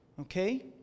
Okay